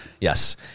Yes